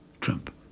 Trump